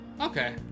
Okay